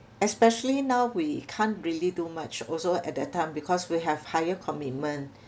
especially now we can't really do much also at that time because we have higher commitment